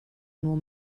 nur